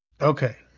Okay